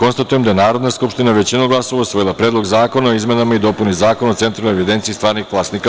Konstatujem da je Narodna skupština većinom glasova usvojila Predlog zakona o izmenama i dopuni Zakona o centralnoj evidenciji stvarnih vlasnika.